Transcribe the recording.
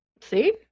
see